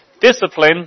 discipline